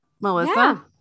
Melissa